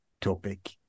topic